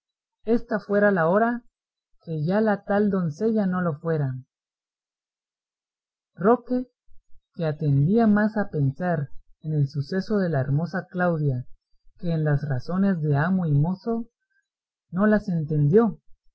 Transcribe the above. ésta fuera la hora que ya la tal doncella no lo fuera roque que atendía más a pensar en el suceso de la hermosa claudia que en las razones de amo y mozo no las entendió